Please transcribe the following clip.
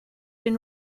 been